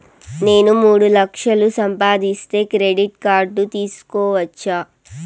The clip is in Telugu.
నేను మూడు లక్షలు సంపాదిస్తే క్రెడిట్ కార్డు తీసుకోవచ్చా?